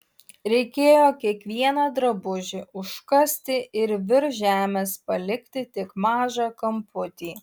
reikėjo kiekvieną drabužį užkasti ir virš žemės palikti tik mažą kamputį